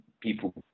people